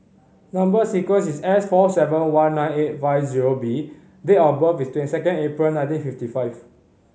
number sequence is S four seven one nine eight five zero B date of birth is twenty second April nineteen fifty five